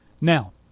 Now